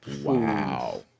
Wow